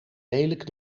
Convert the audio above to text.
lelijk